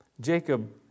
Jacob